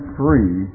free